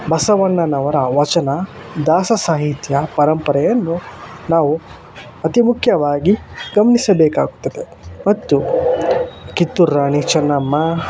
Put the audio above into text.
ಬಸವಣ್ಣನವರ ವಚನ ದಾಸ ಸಾಹಿತ್ಯ ಪರಂಪರೆಯನ್ನು ನಾವು ಅತಿ ಮುಖ್ಯವಾಗಿ ಗಮನಿಸಬೇಕಾಗುತ್ತದೆ ಮತ್ತು ಕಿತ್ತೂರು ರಾಣಿ ಚೆನ್ನಮ್ಮ